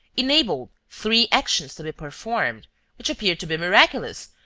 enabled three actions to be performed which appeared to be miraculous,